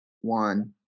one